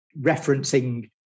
referencing